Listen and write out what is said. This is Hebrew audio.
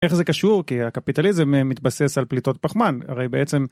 איך זה קשור כי הקפיטליזם מתבסס על פליטות פחמן הרי בעצם